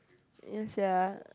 ya sia